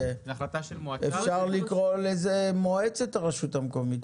אפשר לקרוא לזה מועצת הרשות המקומית,